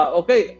okay